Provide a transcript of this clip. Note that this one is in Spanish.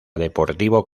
deportivo